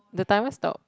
the timer stopped